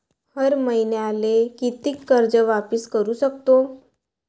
हर मईन्याले कितीक कर्ज वापिस करू सकतो?